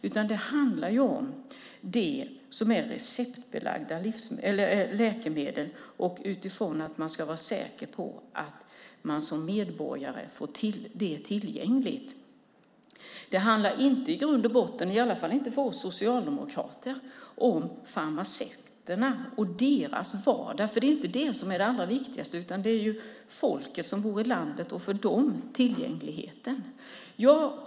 I stället handlar det om de receptbelagda läkemedlen, om att kunna vara säker på att de är tillgängliga för oss medborgare. I grund och botten handlar det inte, åtminstone inte för oss socialdemokrater, om farmaceuterna och deras vardag. Det är inte det allra viktigaste utan folket som bor ute i landet och tillgängligheten för dem.